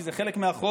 כי זה חלק מהחוק,